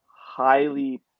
highly